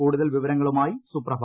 കൂടുതൽ വിവരങ്ങളുമായി സുപ്രഭ